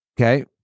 Okay